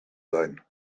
sein